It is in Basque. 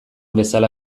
bezala